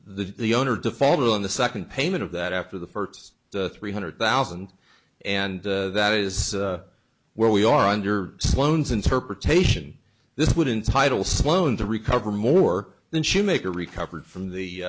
the the owner defaulted on the second payment of that after the first three hundred thousand and that is where we are under sloan's interpretation this would entitle sloan to recover more than shoemaker recovered from the